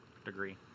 degree